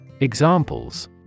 Examples